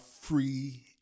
free